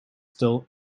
still